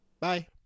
Bye